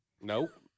nope